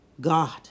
God